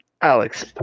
Alex